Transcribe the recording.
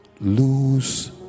lose